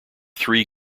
three